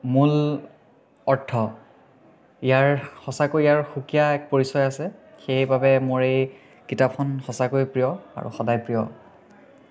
মূল অৰ্থ ইয়াৰ সঁচাকৈ ইয়াৰ সুকীয়া এক পৰিচয় আছে সেইবাবে মোৰ এই কিতাপখন সঁচাকৈ প্ৰিয় আৰু সদায় প্ৰিয়